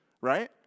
right